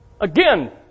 Again